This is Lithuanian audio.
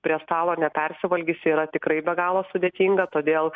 prie stalo nepersivalgysi yra tikrai be galo sudėtinga todėl